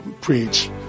preach